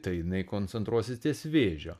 tai jinai koncentruosis ties vėžio